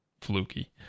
fluky